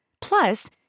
Plus